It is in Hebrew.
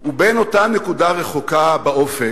ובין אותה נקודה רחוקה באופק,